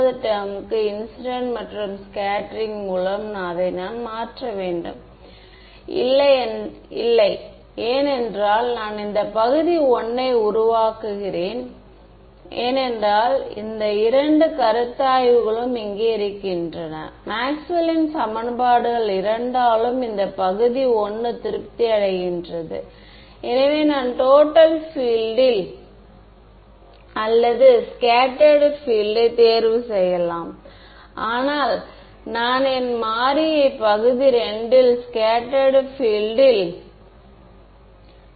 PML ன் விளக்கத்தை நாங்கள் ஏற்கனவே கொடுத்துள்ளதால் அது ஏன் அவ்வாறு இருக்கின்றது என்று நீங்கள் சற்று யூகித்திருக்கலாம் இதை லாசி மீடியத்திற்காக மீண்டும் ஒரு முறை மறுபரிசீலனை செய்யுங்கள் கோஓர்டினேட் ஸ்ட்ரெட்சிங் என்பது ஒரு ஐசோட்ரோபிக் மீடியம் போன்றது